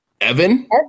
Evan